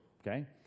okay